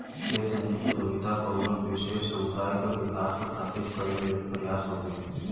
ethnic उद्दमिता कउनो विशेष समुदाय क विकास क खातिर कइल गइल प्रयास हउवे